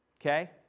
Okay